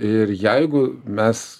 ir jeigu mes